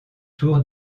tour